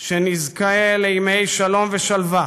שנזכה לימי שלום ושלווה